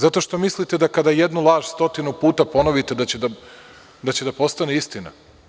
Zato što mislite da kada jednu laž stotinu puta ponovite, da će da postane istina.